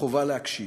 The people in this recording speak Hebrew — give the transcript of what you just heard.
החובה להקשיב.